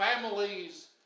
families